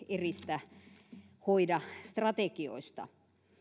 eristä ja hoida strategioista